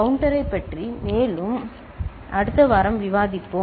கவுண்ட்டரைப் பற்றி மேலும் அடுத்த வாரம் விவாதிப்போம்